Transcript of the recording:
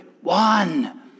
one